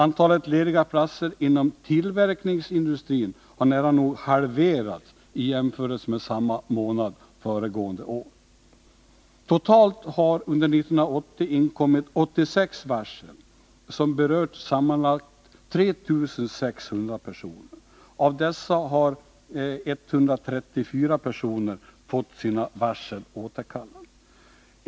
Antalet lediga platser inom tillverkningsindustrin har nära nog halverats i jämförelse med samma månad föregående år. Totalt har under 1980 inkommit 86 varsel, som berört sammanlagt 3 600 personer. Av dessa har 134 personer fått sina varsel återkallade.